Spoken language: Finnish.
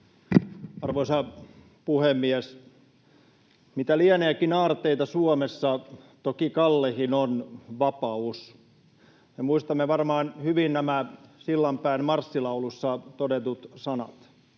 Arvoisa puhemies! ”Mitä lieneekin aarteita Suomessa, toki kallehin on vapaus.” Me muistamme varmaan hyvin nämä Sillanpään marssilaulussa todetut sanat.